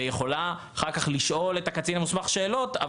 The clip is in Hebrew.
היא יכולה אחר כך לשאול את הקצין המוסמך שאלות.